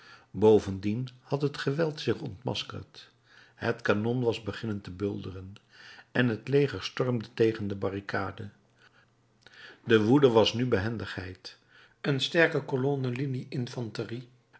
bovendien had het geweld zich ontmaskerd het kanon was beginnen te bulderen en het leger stormde tegen de barricade de woede was nu behendigheid een sterke colonne